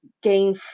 gain